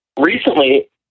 Recently